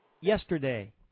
yesterday